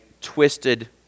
twisted